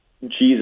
Jesus